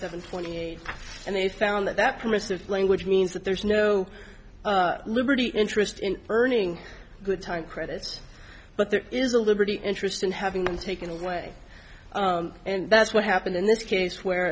seven twenty eight and they found that that permissive language means that there is no liberty interest in earning good time credits but there is a liberty interest in having been taken away and that's what happened in this case where